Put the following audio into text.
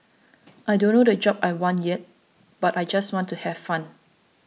I don't know the job I want yet but I just want to have fun